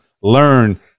learn